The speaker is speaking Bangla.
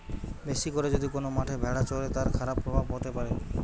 বেশি করে যদি কোন মাঠে ভেড়া চরে, তার খারাপ প্রভাব হতে পারে